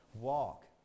Walk